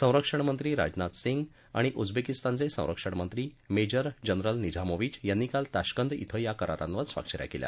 संरक्षणमंत्री राजनाथ सिंग आणि उझबेकीस्तानचे संरक्षणमंत्री मेजर जनरल निझामोवीच यांनी काल ताश्कंद धिं या करारांवर स्वाक्ष या केल्या